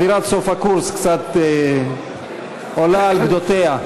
אווירת סוף הקורס קצת עולה על גדותיה.